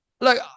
look